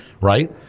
Right